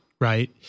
right